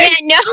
No